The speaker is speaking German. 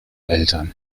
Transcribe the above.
eltern